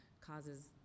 causes